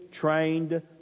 trained